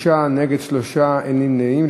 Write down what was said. בעד, 29, נגד, 3, אין נמנעים.